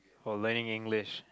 oh learning English